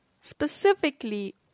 specifically